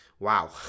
wow